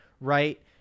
right